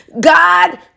God